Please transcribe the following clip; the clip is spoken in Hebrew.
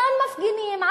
אותם מפגינים,